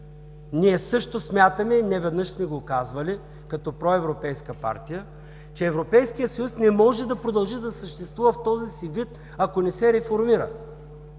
Ние също смятаме, и неведнъж сме го казвали, като проевропейска партия, че Европейският съюз не може да продължи да съществува в този си вид, ако не се реформира,